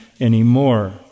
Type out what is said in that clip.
anymore